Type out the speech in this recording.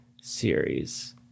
series